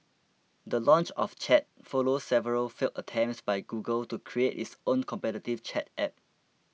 the launch of Chat follows several failed attempts by Google to create its own competitive chat app